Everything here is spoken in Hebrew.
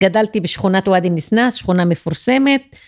גדלתי בשכונת ועדי נסנס שכונה מפורסמת.